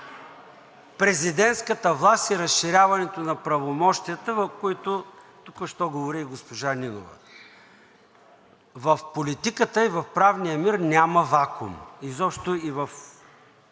президентската власт и разширяването на правомощията, по които току-що говори и госпожа Нинова. В политиката и в правния мир няма вакуум, изобщо и в